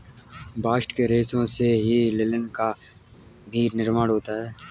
bast के रेशों से ही लिनन का भी निर्माण होता है